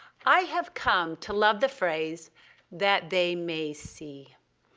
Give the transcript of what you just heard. i have come to love the phrase that they may see.